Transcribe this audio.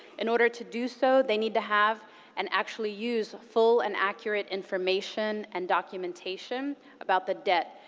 in order to do so, they need to have and actually use full and accurate information and documentation about the debt,